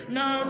no